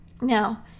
Now